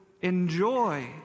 Enjoy